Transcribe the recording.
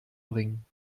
bringen